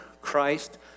Christ